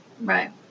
Right